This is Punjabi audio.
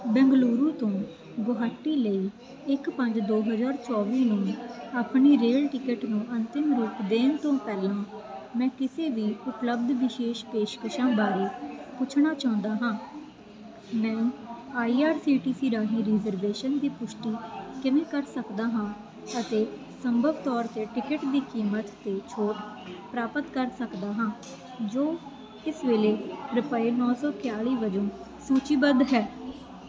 ਬੈਂਗਲੁਰੂ ਤੋਂ ਗੁਹਾਟੀ ਲਈ ਇੱਕ ਪੰਜ ਦੋ ਹਜ਼ਾਰ ਚੌਵੀ ਨੂੰ ਆਪਣੀ ਰੇਲ ਟਿਕਟ ਨੂੰ ਅੰਤਿਮ ਰੂਪ ਦੇਣ ਤੋਂ ਪਹਿਲਾਂ ਮੈਂ ਕਿਸੇ ਵੀ ਉਪਲੱਬਧ ਵਿਸ਼ੇਸ਼ ਪੇਸ਼ਕਸ਼ਾਂ ਬਾਰੇ ਪੁੱਛਣਾ ਚਾਹੁੰਦਾ ਹਾਂ ਮੈਂ I R C T C ਰਾਹੀਂ ਰਿਜ਼ਰਵੇਸ਼ਨ ਦੀ ਪੁਸ਼ਟੀ ਕਿਵੇਂ ਕਰ ਸਕਦਾ ਹਾਂ ਅਤੇ ਸੰਭਵ ਤੌਰ 'ਤੇ ਟਿਕਟ ਦੀ ਕੀਮਤ 'ਤੇ ਛੋਟ ਪ੍ਰਾਪਤ ਕਰ ਸਕਦਾ ਹਾਂ ਜੋ ਇਸ ਵੇਲੇ ਰੁਪਏ ਨੌਂ ਸੌ ਇਕਾਲੀ ਵਜੋਂ ਸੂਚੀਬੱਧ ਹੈ